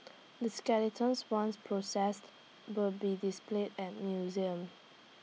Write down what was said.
the skeletons once processed will be displayed at museum